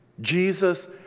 Jesus